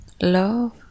love